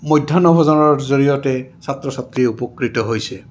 মধ্যাহ্ন ভোজনৰ জৰিয়তে ছাত্ৰ ছাত্ৰী উপকৃত হৈছে